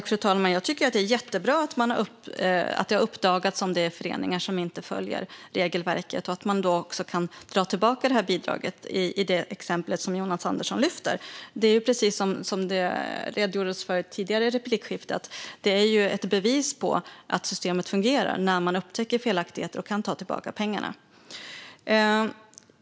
Fru talman! Jag tycker att det är jättebra att det uppdagas om det finns föreningar som inte följer regelverket, och i det exempel som Jonas Andersson har lyft fram har bidraget dragits tillbaka. Precis som det redogjordes för tidigare i replikskiftet är det ett bevis på att systemet fungerar när felaktigheter upptäcks och pengarna kan tas tillbaka.